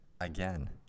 again